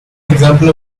example